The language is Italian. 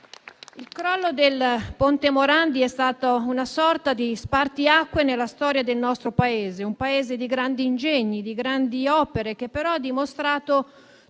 Il crollo del ponte Morandi è stato una sorta di spartiacque nella storia del nostro Paese: un Paese di grandi ingegni e opere, che però ha dimostrato